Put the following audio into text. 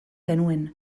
genuen